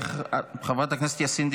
חברת הכנסת יאסין,